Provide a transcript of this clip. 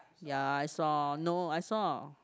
ya I saw no I saw